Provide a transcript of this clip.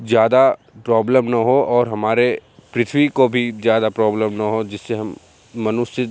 ज़्यादा प्रॉब्लम ना हो और हमारे पृथ्वी को भी ज़्यादा प्रॉब्लम ना हो जिससे हम मनुष्य